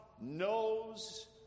knows